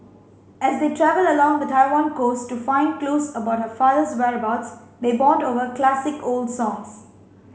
as they travel along the Taiwan coast to find clues about her father's whereabouts they bond over classic old songs